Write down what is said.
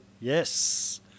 Yes